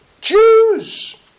Jews